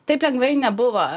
taip lengvai nebuvo